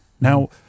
now